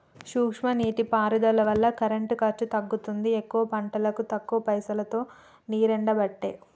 సూక్ష్మ నీటి పారుదల వల్ల కరెంటు ఖర్చు తగ్గుతుంది ఎక్కువ పంటలకు తక్కువ పైసలోతో నీరెండబట్టే